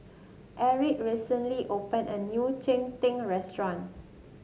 Aric recently opened a new Cheng Tng restaurant